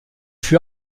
fut